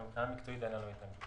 אבל מבחינה מקצועית אין לנו התנגדות.